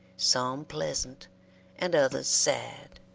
some pleasant and others sad